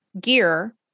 gear